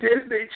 Disney